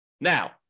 Now